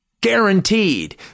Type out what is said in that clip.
guaranteed